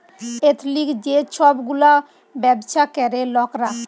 এথলিক যে ছব গুলা ব্যাবছা ক্যরে লকরা